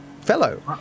fellow